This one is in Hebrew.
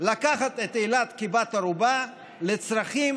לקחת את אילת כבת ערובה לצרכים